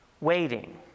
waiting